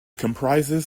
comprises